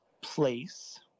place